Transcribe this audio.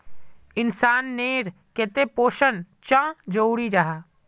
इंसान नेर केते पोषण चाँ जरूरी जाहा?